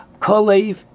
Kalev